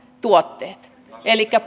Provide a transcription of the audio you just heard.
tuotteet elikkä